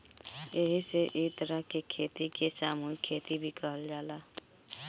एही से इ तरह के खेती के सामूहिक खेती भी कहल जाला